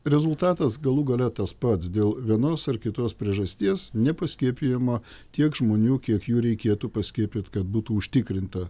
rezultatas galų gale tas pats dėl vienos ar kitos priežasties nepaskiepijama tiek žmonių kiek jų reikėtų paskiepyt kad būtų užtikrinta